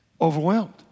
Overwhelmed